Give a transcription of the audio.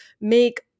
make